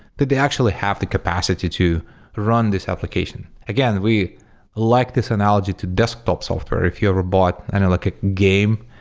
that they actually have the capacity to run this application. again, we like this analogy to desktop software. if you ever bought and like a game,